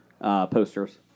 posters